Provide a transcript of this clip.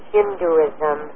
Hinduism